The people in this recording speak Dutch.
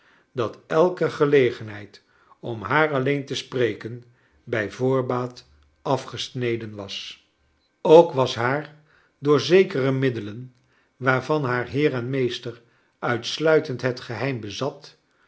dat elke gelegenheid om haar alleen te spreken bij voorbaat afgesneden was ook was haar door zekere middelen waarvan haar beer en meester uitsluitend het geheim bezat